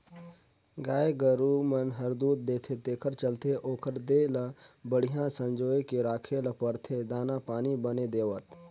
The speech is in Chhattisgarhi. गाय गोरु मन हर दूद देथे तेखर चलते ओखर देह ल बड़िहा संजोए के राखे ल परथे दाना पानी बने देवत